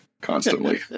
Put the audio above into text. constantly